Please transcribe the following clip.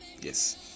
yes